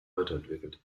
weiterentwickelt